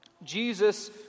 Jesus